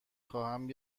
خواهم